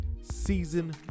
season